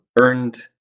earned